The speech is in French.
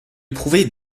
prouver